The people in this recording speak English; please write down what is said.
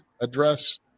address